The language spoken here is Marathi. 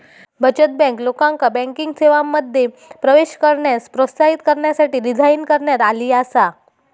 बचत बँक, लोकांका बँकिंग सेवांमध्ये प्रवेश करण्यास प्रोत्साहित करण्यासाठी डिझाइन करण्यात आली आसा